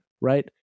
right